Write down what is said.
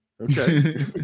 Okay